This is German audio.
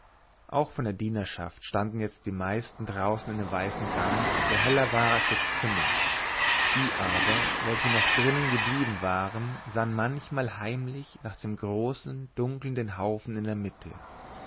auch von der dienerschaft standen jetzt die meisten draußen in dem weißen gang der heller war als das zimmer die aber welche noch drinnen geblieben waren sahen manchmal heimlich nach dem großen dunkelnden haufen in der mitte